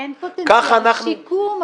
כי אין פוטנציאל שיקום.